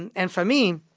and and for me,